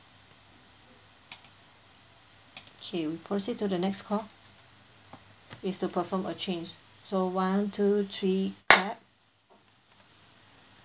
K proceed to the next call is to perform a change so one two three clap